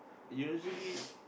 usually